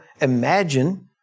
imagine